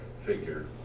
figure